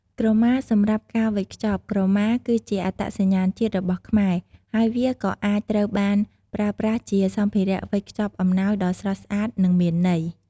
ក្រមាសម្រាប់ការវេចខ្ចប់ ក្រមាគឺជាអត្តសញ្ញាណជាតិរបស់ខ្មែរ ហើយវាក៏អាចត្រូវបានប្រើប្រាស់ជាសម្ភារៈវេចខ្ចប់អំណោយដ៏ស្រស់ស្អាត និងមានន័យ។